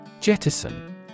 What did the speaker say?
Jettison